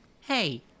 Hey